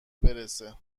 برسه